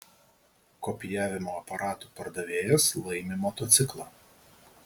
kopijavimo aparatų pardavėjas laimi motociklą